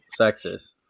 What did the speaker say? sexist